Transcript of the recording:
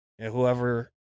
whoever